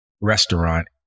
restaurant